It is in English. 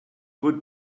would